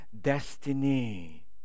destiny